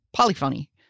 Polyphony